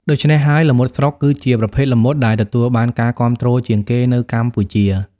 ដូច្នេះហើយ ល្មុតស្រុក គឺជាប្រភេទល្មុតដែលទទួលបានការគាំទ្រជាងគេនៅកម្ពុជា។